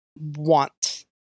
want